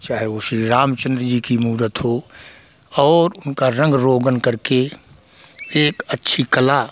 चाहे वो श्री राम चन्द्र जी की मूरत हो और उनका रंग रोगन करके एक अच्छी कला